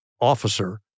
officer